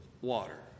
water